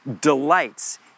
delights